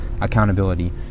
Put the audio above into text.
accountability